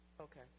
Okay